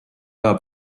aja